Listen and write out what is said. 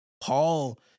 Paul